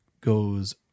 goes